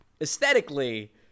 aesthetically